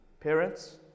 Parents